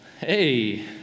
Hey